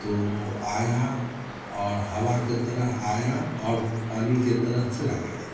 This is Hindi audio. तो आया और हवा के तरह आया और पानी के तरह चला गया